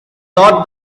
thought